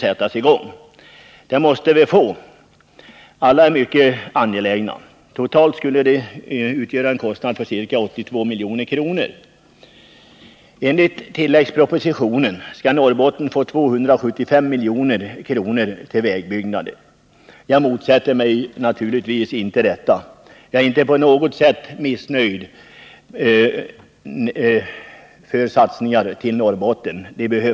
En sådan satsning är nödvändig, och alla projekten är mycket angelägna. Totalt skulle de dra en kostnad av ca 82 milj.kr. Enligt tilläggspropositionen skulle Norrbotten få 275 milj.kr. till vägbyggnader. Jag motsätter mig naturligtvis inte detta. Jag är inte på något sätt missnöjd med satsningar för Norrbotten.